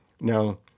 Now